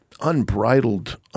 unbridled